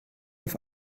auf